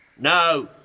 No